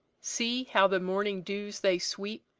see! how the morning dews they sweep,